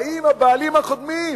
באים הבעלים הקודמים,